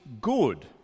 good